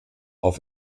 auf